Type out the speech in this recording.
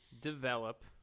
develop